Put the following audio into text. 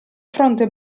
fronte